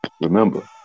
Remember